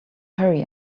hurry